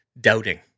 doubting